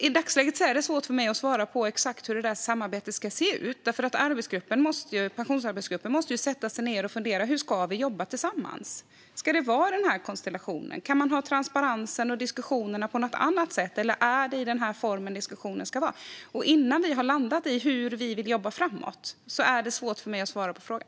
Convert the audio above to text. I dagsläget är det svårt för mig att svara exakt på hur samarbetet ska se ut. Pensionsarbetsgruppen måste först sätta sig ned och fundera på hur man ska jobba tillsammans. Ska det vara just denna konstellation? Kan man ha transparensen och diskussionerna på något annat sätt? Eller är det i denna form diskussionen ska ske? Innan vi har landat i hur vi vill jobba framöver är det svårt för mig att svara på frågan.